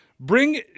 Bring